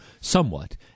somewhat